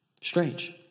Strange